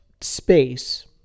space